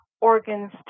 organs